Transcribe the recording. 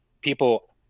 people